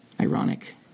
Ironic